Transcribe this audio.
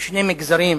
בשני מגזרים